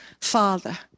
Father